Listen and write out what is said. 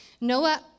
Noah